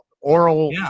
oral